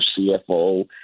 CFO